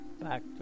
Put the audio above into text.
back